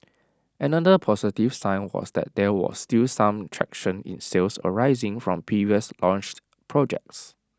another positive sign was that there was still some traction in sales arising from previously launched projects